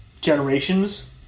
Generations